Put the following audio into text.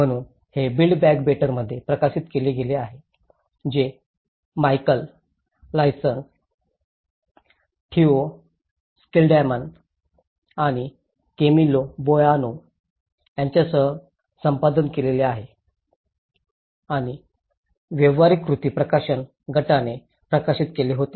म्हणून हे built back बेटरमध्ये प्रकाशित केले गेले आहे जे मीकल लिओन्स थेओ स्किल्डमॅन आणि केमिलो बोआनो यांच्यासह संपादित केले गेले होते आणि व्यावहारिक कृती प्रकाशन गटाने प्रकाशित केले होते